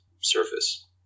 surface